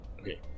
Okay